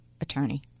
attorney